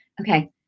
okay